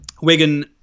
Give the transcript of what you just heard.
Wigan